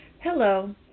Hello